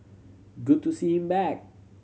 good to see him back